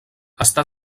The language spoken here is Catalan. està